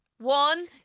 one